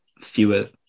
fewer